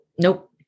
nope